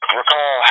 recall